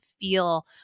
feel